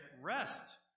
rest